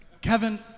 Kevin